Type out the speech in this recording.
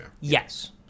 Yes